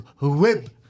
web